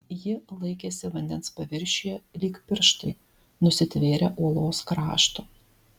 ji laikėsi vandens paviršiuje lyg pirštai nusitvėrę uolos krašto